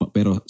Pero